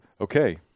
okay